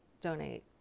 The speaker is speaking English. donate